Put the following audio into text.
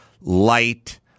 light